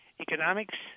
economics